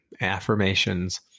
affirmations